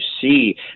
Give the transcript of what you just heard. see